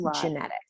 genetic